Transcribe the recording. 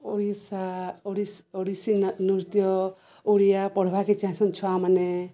ଓଡ଼ିଶା ଓଡ଼ିଶ ଓଡ଼ିଶୀ ନୃତ୍ୟ ଓଡ଼ିଆ ପଢ଼ବାକେ ଚାହିଁସନ୍ ଛୁଆମାନେ